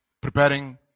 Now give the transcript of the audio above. Preparing